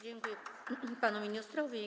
Dziękuję panu ministrowi.